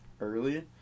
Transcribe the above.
early